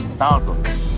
thousands.